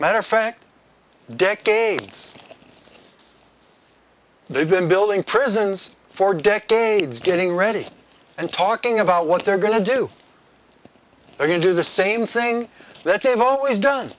matter of fact decades they've been building prisons for decades getting ready and talking about what they're going to do they're going to do the same thing that they've always done